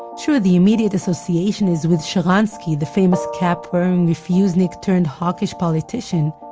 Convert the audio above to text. sure, the immediate association is with sharansky, the famous cap-wearing-refusnik-turned-hawkish-politician,